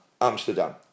Amsterdam